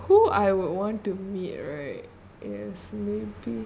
who I would want to meet right yes maybe